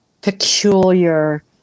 peculiar